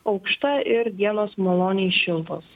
aukšta ir dienos maloniai šiltos